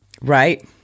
right